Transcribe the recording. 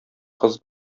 кыз